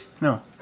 No